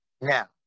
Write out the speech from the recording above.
Now